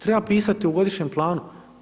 Treba pisati u godišnjem planu.